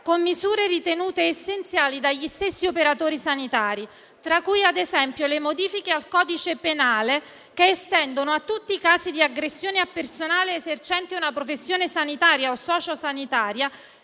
con misure ritenute essenziali dagli stessi operatori sanitari, tra cui, ad esempio, le modifiche al codice penale che estendono a tutti i casi di aggressioni al personale esercente una professione sanitaria o socio-sanitaria